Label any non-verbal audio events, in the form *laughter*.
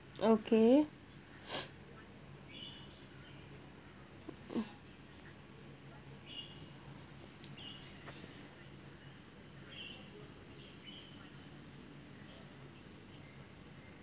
okay *noise* mm